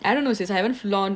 I don't know is I haven't flown